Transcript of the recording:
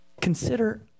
Consider